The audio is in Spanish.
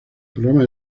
programa